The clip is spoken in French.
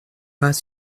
pas